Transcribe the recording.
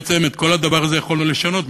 בעצם, את כל הדבר הזה יכולנו לשנות.